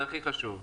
זה הכי חשוב.